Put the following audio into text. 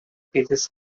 pages